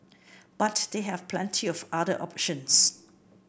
but they have plenty of other options